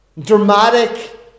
dramatic